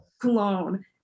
Cologne